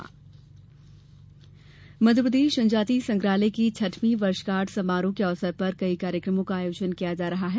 जनजातीय संग्रहालय मध्यप्रदेश जनजातीय संग्रहालय की छठवीं वर्षगांठ समारोह के अवसर पर कई कार्यक्रमो का आयोजन किया जा रहा है